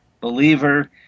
believer